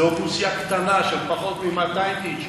זו אוכלוסייה קטנה של פחות מ-200 איש.